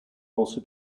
also